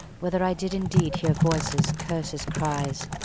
whether i did indeed hear voices, curses, cries,